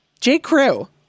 J.Crew